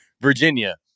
Virginia